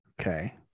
Okay